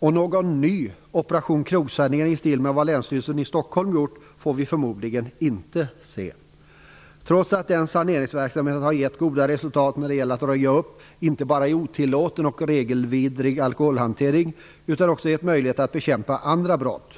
Någon ny Operation krogsanering i stil med vad Länsstyrelsen i Stockholm gjort får vi förmodligen inte se. Denna saneringsverksamhet har gett goda resultat, inte bara när det gäller otillåten och regelvidrig alkoholhantering utan den har också gett möjlighet att bekämpa andra brott.